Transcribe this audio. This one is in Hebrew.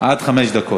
קובע כי לבעל זכות